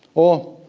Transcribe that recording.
or,